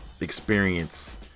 experience